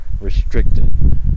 restricted